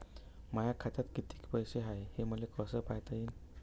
माया खात्यात कितीक पैसे हाय, हे मले कस पायता येईन?